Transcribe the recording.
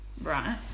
Right